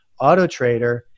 Autotrader